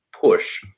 push